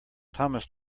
thomas